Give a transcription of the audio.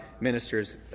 ministers